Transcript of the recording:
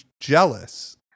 jealous